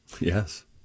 Yes